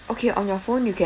okay on your phone you can